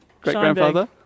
great-grandfather